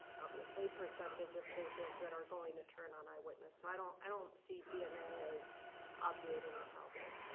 obviously, percentage of cases that are going to turn on eyewitness. so i don't i don't see dna as obviating the problem.